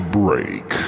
break